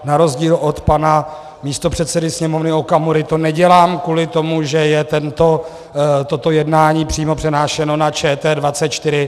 Na rozdíl od pana místopředsedy Sněmovny Okamury to nedělám kvůli tomu, že je toto jednání přímo přenášeno na ČT24.